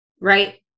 Right